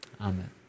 Amen